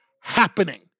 happening